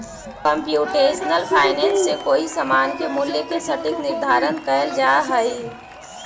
computational finance से कोई समान के मूल्य के सटीक निर्धारण कैल जा हई